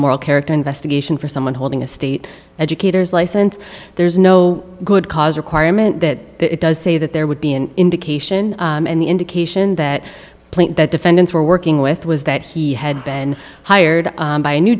moral character investigation for someone holding a state educators license there is no good cause requirement that it does say that there would be an indication and the indication that point that defendants were working with was that he had been hired